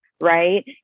right